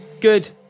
good